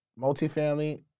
multifamily